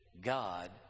God